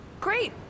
Great